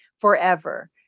forever